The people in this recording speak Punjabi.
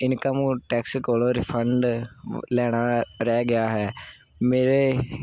ਇਨਕਮ ਟੈਕਸ ਕੋਲੋਂ ਰਿਫੰਡ ਲੈਣਾ ਰਹਿ ਗਿਆ ਹੈ ਮੇਰੇ